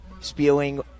spewing